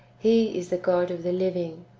he is the god of the living.